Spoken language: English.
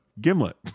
Gimlet